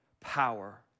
Power